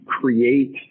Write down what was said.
create